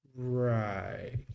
Right